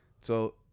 So-